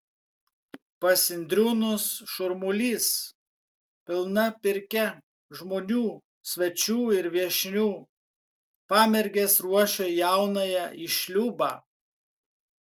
pas indriūnus šurmulys pilna pirkia žmonių svečių ir viešnių pamergės ruošia jaunąją į šliūbą